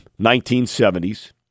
1970s